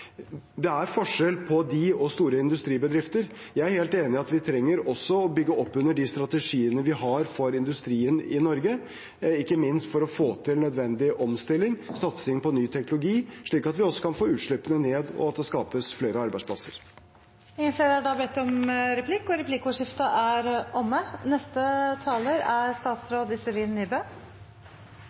Det er forskjell på dem og store industribedrifter. Jeg er helt enig i at vi også trenger å bygge opp under de strategiene vi har for industrien i Norge, ikke minst for å få til nødvendig omstilling og satsing på ny teknologi, slik at vi også kan få utslippene ned, og at det skapes flere arbeidsplasser. Replikkordskiftet er omme.